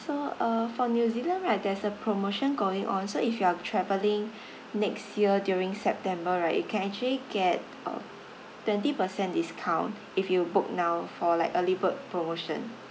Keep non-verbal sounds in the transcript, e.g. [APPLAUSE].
so uh for new zealand right there's a promotion going on so if you are travelling [BREATH] next year during september right you can actually get uh twenty percent discount if you book now for like early bird promotion